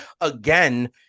again